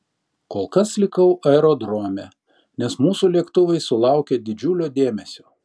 kol kas likau aerodrome nes mūsų lėktuvai sulaukė didžiulio dėmesio